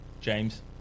James